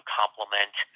complement